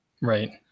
right